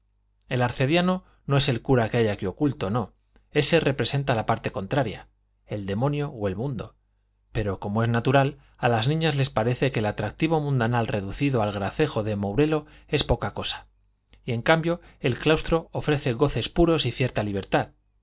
el arcediano no es el cura que hay aquí oculto no ese representa la parte contraria el demonio o el mundo pero como es natural a las niñas les parece que el atractivo mundanal reducido al gracejo de mourelo es poca cosa y en cambio el claustro ofrece goces puros y cierta libertad